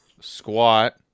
squat